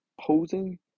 posing